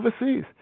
overseas